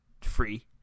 free